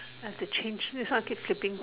I have to change this one I keep flipping